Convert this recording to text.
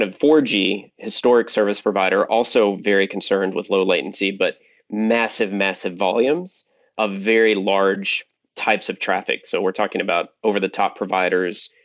four g historic service provider, also very concerned with low latency, but massive, massive volumes of very large types of traffic. so we're talking about over the top providers,